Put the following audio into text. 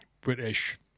British